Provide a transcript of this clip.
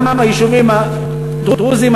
גם היישובים הדרוזיים,